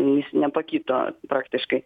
jis nepakito praktiškai